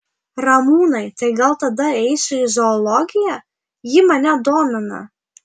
ramūnai tai gal tada eisiu į zoologiją ji mane domina